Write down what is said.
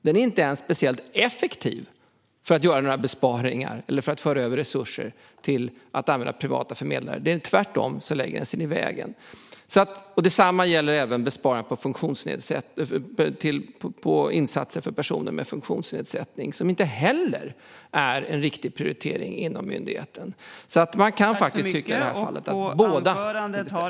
Det är inte ens speciellt effektivt för att göra några besparingar eller föra över resurser till användning av privata förmedlare. Tvärtom lägger det sig i vägen. Detsamma gäller besparingar på insatser för personer med funktionsnedsättning, vilket inte heller är en riktig prioritering inom myndigheten. Man kan faktiskt tycka i det här fallet att båda kan finnas.